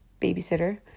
babysitter